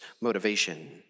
motivation